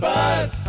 Buzz